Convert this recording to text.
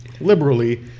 liberally